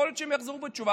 יכול להיות שהם יחזרו בתשובה,